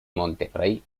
monterrey